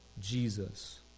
Jesus